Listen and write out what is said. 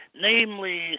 namely